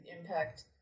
impact